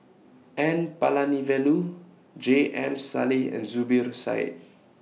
N Palanivelu J M Sali and Zubir Said